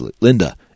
Linda